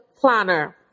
planner